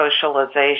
socialization